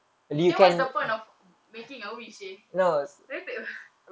then what's the point of making a wish seh very fake